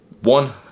one